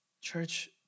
church